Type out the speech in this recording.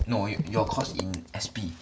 no you~ your course in S_P